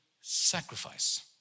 sacrifice